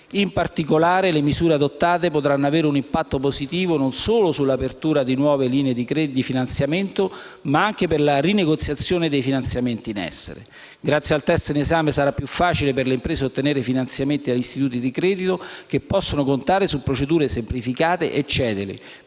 In particolare, le misure adottate potranno avere un impatto positivo non solo sull'apertura di nuove linee di finanziamento, ma anche per la rinegoziazione dei finanziamenti in essere. Grazie al testo in esame, sarà più facile per le imprese ottenere finanziamenti dagli istituti di credito, che possono contare su procedure semplificate e celeri